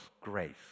grace